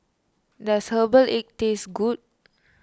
does Herbal Egg taste good